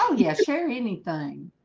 yeah sure anything